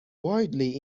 widely